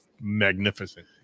magnificent